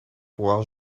pouvoir